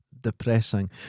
depressing